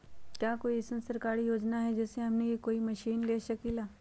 का कोई अइसन सरकारी योजना है जै से हमनी कोई मशीन ले सकीं ला?